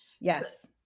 Yes